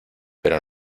pero